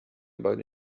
about